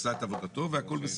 עשה את עבודתו והכל בסדר.